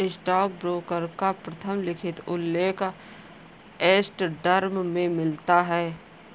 stockbroker का प्रथम लिखित उल्लेख एम्स्टर्डम में मिलता है